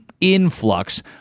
influx